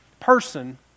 person